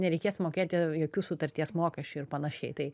nereikės mokėti jokių sutarties mokesčių ir panašiai tai